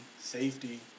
Safety